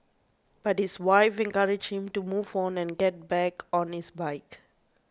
but his wife encouraged him to move on and get back on his bike